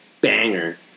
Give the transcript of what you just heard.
banger